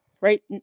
right